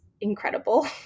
incredible